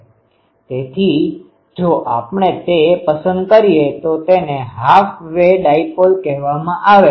તેથી જો આપણે તે પસંદ કરીએ તો તેને હાફ વે ડાયપોલ કહેવામાં આવે છે